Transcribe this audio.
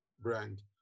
brand